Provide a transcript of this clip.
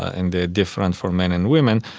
and different for men and women.